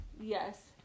Yes